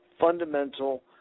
fundamental